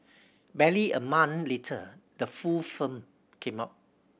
barely a month later the full film came out